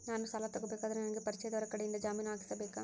ನಾನು ಸಾಲ ತಗೋಬೇಕಾದರೆ ನನಗ ಪರಿಚಯದವರ ಕಡೆಯಿಂದ ಜಾಮೇನು ಹಾಕಿಸಬೇಕಾ?